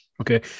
Okay